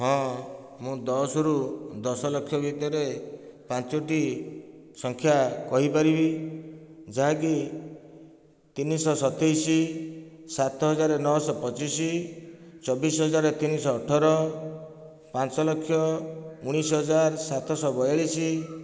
ହଁ ମୁଁ ଦଶ ରୁ ଦଶ ଲକ୍ଷ ଭିତରେ ପାଞ୍ଚୋଟି ସଂଖ୍ୟା କହି ପାରିବି ଯାହାକି ତିନିଶହ ସତେଇଶି ସାତ ହଜାର ନଅ ଶହ ପଚିଶ ଚବିଶ ହଜାର ତିନି ଶହ ଅଠର ପାଞ୍ଚ ଲକ୍ଷ ଉଣେଇଶ ହଜାର ସାତ ଶହ ବୟାଳିଶି